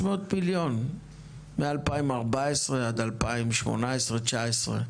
מ-2014 עד 2018-2019?